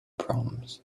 proms